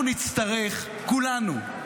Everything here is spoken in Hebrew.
אנחנו נצטרך, כולנו,